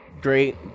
Great